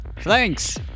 Thanks